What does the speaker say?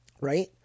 right